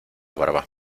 barba